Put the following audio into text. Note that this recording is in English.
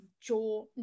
jaw